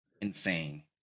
insane